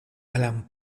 allan